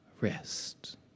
rest